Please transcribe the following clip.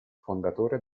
fondatore